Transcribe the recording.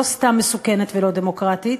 לא סתם מסוכנת ולא דמוקרטית,